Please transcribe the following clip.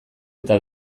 eta